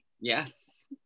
yes